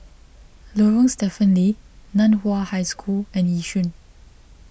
Lorong Stephen Lee Nan Hua High School and Yishun